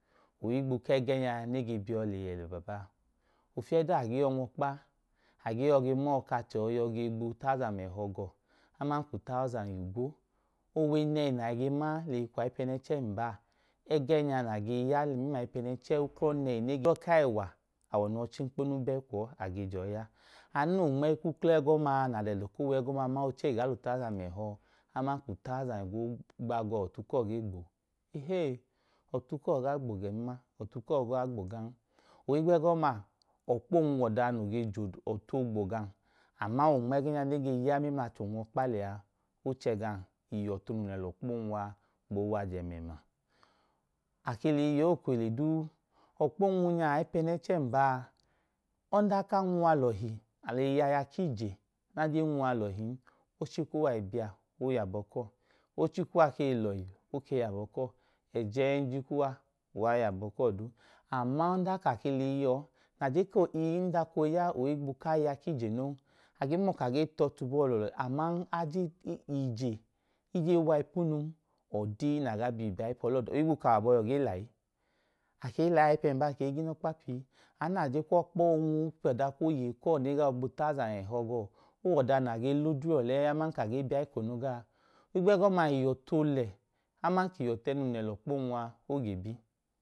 Ohigbu ku ẹgẹẹ nẹ e ge bi yọ i le yẹ lẹ baa baa. A ge yọi nwu ọkpa, a gee mọọ ka achẹ yọi gba utawuzan ẹhọ ga awọ aman ka utawuzan igwo. Owe nẹhi nẹ a ge ma ge lẹ eyi kwu ayipẹnẹnchẹ n baa, ẹgẹẹ na ge ya mẹmla ayipẹnẹnchẹ, uklọ nẹhi nya, uklọ ku ẹwa. awọ noo wẹ ọchẹ enkponu ba ẹyi kwu ọọ, a ge je ọọ ya. Anu nẹ ipu ẹdọ ẹgọ uklọ ọma ya ẹẹ nẹ ochee gaa lẹ utawuzan ẹhọ aman ka utawuzan igwo gba gawọ ọtu kuwọ ge gbo o? Ehee. Ọtu kuwọ i gaa gbo gẹn ma, ọtu kuwọ i gaa gbon. Ohigbu ẹgọma, ọkpw oonwu wẹ ọda noo ge je ọtu oogbo gam, ama, ẹgẹẹ nẹ e ge ya mẹmla achẹ onwu ọkpa lẹ a, o chẹ lẹ ihọtu num lẹ lẹ ọkpa oonwu a gboo wajẹ ẹmẹẹma. A ke lẹ eyi yẹ ọọ eko ohile duu, ọkpa oonwu mla ayipẹnẹnchẹ n baa, ọdanka a nwu uwa lọhin, a lẹ eyi yẹ aya ku ije, nẹ a jen nwu uwa lọhin nẹ oochi kuwa le biya, o yọ abọ kuwọ. Oochi kuwa ke i lọhi, o yọ abọ kuwọ. Ẹjẹẹnjuwa, uwa yọ abọ kuwọ duu. Aman, ọdanka a ke lẹ eyi yẹ ọọ, nẹ a ka anọọ i dọka ooya ohigbu aya ku ije noo, a ge mọọ ka a ge ta ọtu bọọ lọọlọhi, aman ije i jen wa ipu nun, ọdi nẹ awọ abọhiyuwọ ke gee le bi ayipẹ ọluwọ duu. Ohigbu ka awọ abọhiyuwọ a gee lẹ ayi duu. a ke i lẹ ayi, ayipẹn baa ke i ga inọkpa pii. Anu nẹ a kwu ọkpa oonwu i piya ọda ku oyeyi kuwọ, nẹ e gee gba utawuzan ẹhọ gawọ, o wẹ ọda na gee le odre ọlẹ aman ka a gee bi aikono gla a? Ọdanka a lẹ ihọtu lẹ aman a ihọtu num lẹ lẹ ọkpa oonwu a o ge gebi.